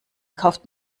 kauft